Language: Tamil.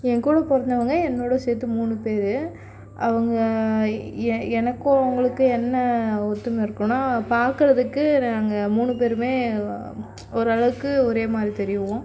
ஏன் கூட பிறந்தவங்க என்னோட சேர்த்து மூணு பேர் அவங்க எ எனக்கும் அவங்களுக்கும் என்ன ஒத்துமை இருக்கும்னா பார்க்குறதுக்கு நாங்கள் மூணு பேருமே ஓரளவுக்கு ஒரே மாரி தெரிவோம்